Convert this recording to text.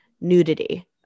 nudity